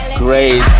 great